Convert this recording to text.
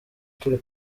turi